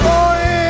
Boy